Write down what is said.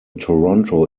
toronto